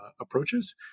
approaches